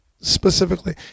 specifically